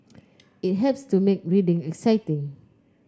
it helps to make reading exciting